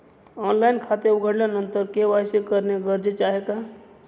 Online खाते उघडल्यानंतर KYC करणे गरजेचे आहे का?